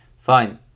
fine